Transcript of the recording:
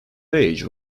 age